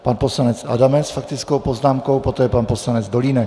Pan poslanec Adamec s faktickou poznámkou, poté pan poslanec Dolínek.